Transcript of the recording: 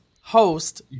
host